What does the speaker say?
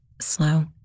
slow